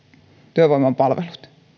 työvoimapalvelut